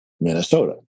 Minnesota